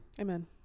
Amen